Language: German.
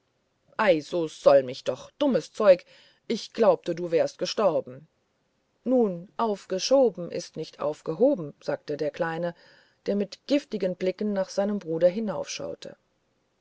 so wollt ich doch dummes zeug ich glaubte du wärest gestorben nun aufgeschoben ist nicht aufgehoben sagte der kleine der mit giftigen blicken nach seinem bruder